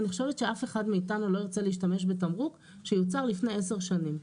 אני חושבת שאף אחד מאיתנו לא ירצה להשתמש בתמרוק שיוצר לפני עשר שנים.